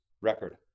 record